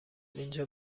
اینجا